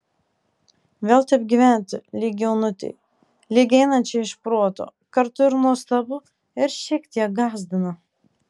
vėl taip gyventi lyg jaunutei lyg einančiai iš proto kartu ir nuostabu ir šiek tiek gąsdina